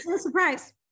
surprise